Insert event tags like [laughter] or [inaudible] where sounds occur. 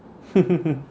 [laughs]